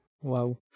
Wow